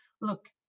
look